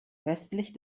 westlich